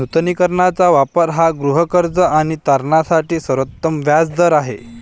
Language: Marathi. नूतनीकरणाचा वापर हा गृहकर्ज आणि तारणासाठी सर्वोत्तम व्याज दर आहे